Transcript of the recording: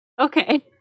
Okay